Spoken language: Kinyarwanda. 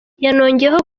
yanongeyeho